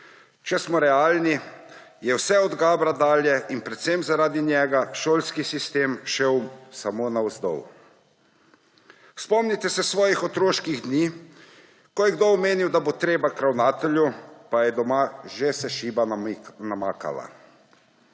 Če smo realni, je vse od Gabra dalje in predvsem zaradi njega šolski sistem šel samo navzdol. Spomnite se svojih otroških dni, ko je kdo omenil, da bo treba k ravnatelju, pa se je doma že šiba namakala.